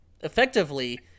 effectively